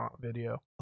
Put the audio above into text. video